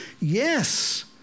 Yes